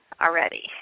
already